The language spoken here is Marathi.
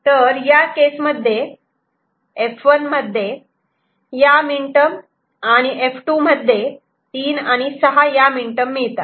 तर या केस मध्ये F 1 मध्ये 1 3 ह्या मीनटर्म आणि F 2 मध्ये 3 6 या मीनटर्म मिळतात